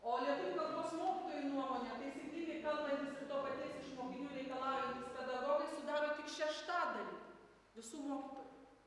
o lietuvių kalbos mokytojų nuomone taisyklingai kalbantys ir to paties iš mokinių reikalaujantys pedagogai sudaro tik šeštadalį visų mokytojų